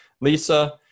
Lisa